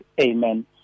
Amen